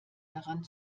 daran